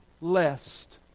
Lest